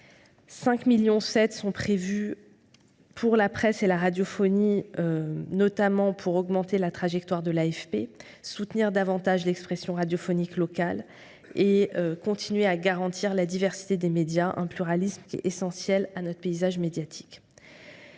5,7 millions d’euros à la presse et à la radiophonie, notamment en vue de consolider la trajectoire financière de l’AFP, de soutenir davantage l’expression radiophonique locale et de continuer à garantir la diversité des médias, un pluralisme qui est essentiel à notre paysage médiatique.